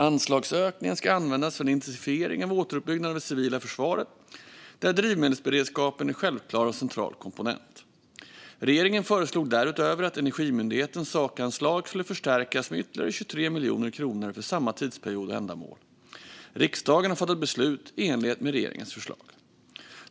Anslagsökningen ska användas för en intensifiering av återuppbyggnaden av det civila försvaret, där drivmedelsberedskapen är en självklar och central komponent. Regeringen föreslog därutöver att Energimyndighetens sakanslag skulle förstärkas med ytterligare 23 miljoner kronor för samma tidsperiod och ändamål. Riksdagen har fattat beslut i enlighet med regeringens förslag.